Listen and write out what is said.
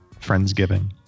Friendsgiving